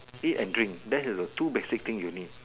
eat and drink that is the two basic thing you need